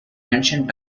ancient